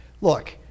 Look